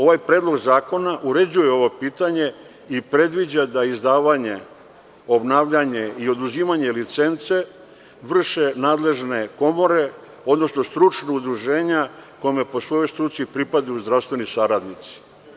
Ovaj Predlog zakona uređuje ovo pitanje i predviđa da izdavanje, obnavljanje i oduzimanje licence vrše nadležne komore, odnosno stručna udruženja kojima po svojoj struci pripadaju zdravstveni saradnici.